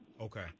Okay